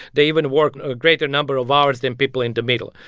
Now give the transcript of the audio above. they even work a greater number of hours than people in the middle.